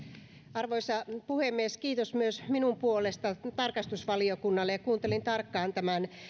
arvoisa puhemies kiitos myös minun puolestani tarkastusvaliokunnalle kuuntelin tarkkaan tämän